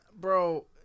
bro